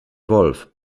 wolf